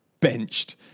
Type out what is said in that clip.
benched